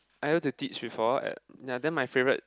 I went to teach before ya then my favorite